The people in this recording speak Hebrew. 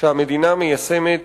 שהמדינה מיישמת